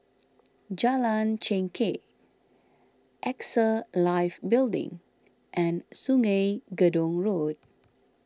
Jalan Chengkek Axa Life Building and Sungei Gedong Road